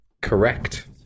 Correct